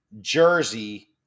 jersey